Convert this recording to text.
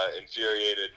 infuriated